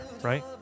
right